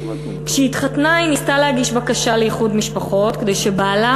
כשהיא התחתנה היא ניסתה להגיש בקשה לאיחוד משפחות כדי שבעלה,